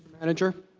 manager